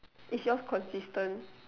is yours consistent